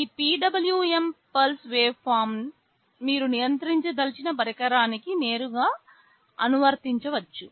ఈ PWM pulse waveform మీరు నియంత్రించదలిచిన పరికరానికి నేరుగా అనువర్తించవచ్చు